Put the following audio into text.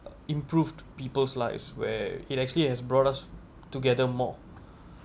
improved people's lives where it actually has brought us together more